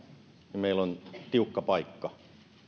niin meillä on tiukka paikka